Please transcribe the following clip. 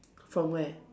from where